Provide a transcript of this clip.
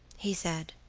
he said